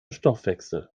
stoffwechsel